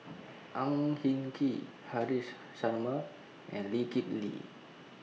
Ang Hin Kee Haresh Sharma and Lee Kip Lee